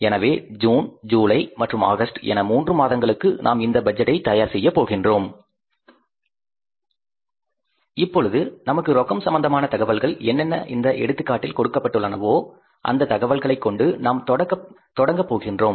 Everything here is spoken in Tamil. எனவே ஜூன் ஜூலை மற்றும் ஆகஸ்ட் என மூன்று மாதங்களுக்கு நாம் இந்த பட்ஜெட்டை தயார்செய்ய போகின்றோம் இப்பொழுது நமக்கு ரொக்கம் சம்பந்தமான தகவல்கள் என்னென்ன இந்த எடுத்துக்காட்டில் கொடுக்கப்பட்டுள்ளனவோ அந்த தகவல்களை கொண்டு நாம் தொடங்கப் போகிறோம்